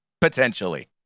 Potentially